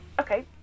Okay